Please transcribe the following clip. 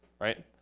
right